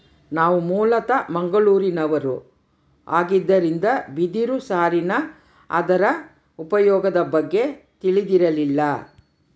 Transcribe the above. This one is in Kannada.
ನಾವು ಮೂಲತಃ ಮಂಗಳೂರಿನವರು ಆಗಿದ್ದರಿಂದ ಬಿದಿರು ಸಾರಿನ ಅದರ ಉಪಯೋಗದ ಬಗ್ಗೆ ತಿಳಿದಿರಲಿಲ್ಲ